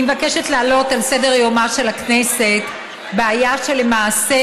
אני מבקשת להעלות על סדר-יומה של הכנסת בעיה שלמעשה